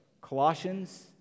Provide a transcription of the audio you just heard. Colossians